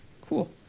Cool